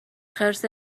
خرس